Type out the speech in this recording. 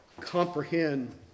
comprehend